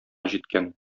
җиткән